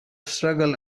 struggle